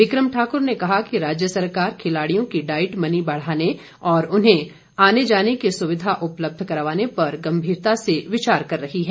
बिक्रम ठाक़र ने कहा कि राज्य सरकार खिलाड़ियों की डाईट मनी बढ़ाने और उन्हें आने जाने की सुविधा उपलब्ध करवाने पर गंभीरता से विचार कर रही है